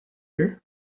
her